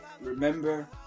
Remember